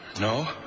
No